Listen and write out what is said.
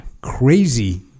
Crazy